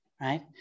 right